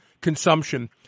consumption